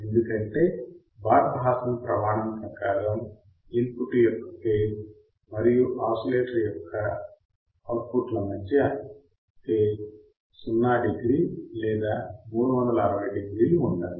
ఎందుకంటే Barkhausen ప్రమాణం ప్రకారం ఇన్పుట్ యొక్క ఫేజ్ మరియు అసిలేటర్ యొక్క అవుట్పుట్ ల మధ్య ఫేజ్ 0 డిగ్రీ లేదా 360 డిగ్రీ ఉండాలి